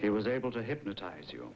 he was able to hypnotize you